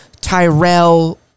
Tyrell